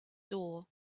door